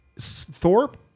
Thorpe